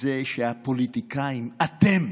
זה שהפוליטיקאים, אתם,